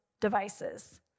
devices